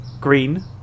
green